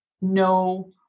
no